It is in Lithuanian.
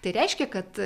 tai reiškia kad